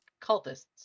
cultists